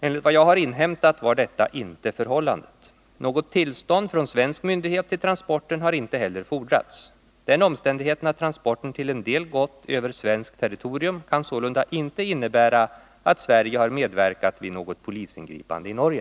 Enligt vad jag har inhämtat var detta inte förhållandet. Något tillstånd från svensk myndighet till transporten har inte heller fordrats. Den omständigheten att transporten till en del gått över svenskt territorium kan sålunda inte innebära att Sverige har medverkat vid något polisingripande i Norge.